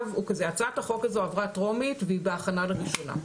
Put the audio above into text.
הצעת החוק הזו עברה טרומית והיא בהכנה לקריאה ראשונה.